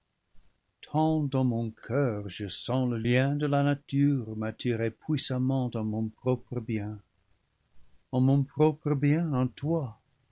dans mon coeur je sens le lien de la nature m'attirer puissamment à mon pro pre bien à mon propre bien en toi